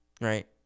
right